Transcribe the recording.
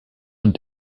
und